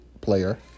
player